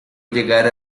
llegar